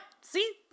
See